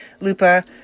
Lupa